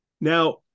Now